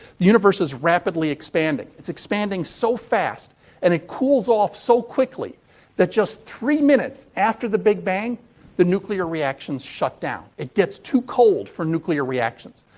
the universe is rapidly expanding. it's expanding so fast and it cools off so quickly that just three minutes after the big bang the nuclear reactions shut down. it gets too cold for nuclear reactions.